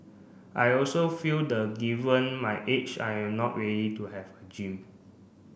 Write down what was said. I also feel the given my age I am not ready to have a gym